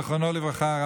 זיכרונו לברכה,